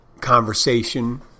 conversation